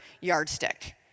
yardstick